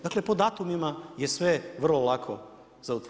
Dakle, po datumima je sve vrlo lako za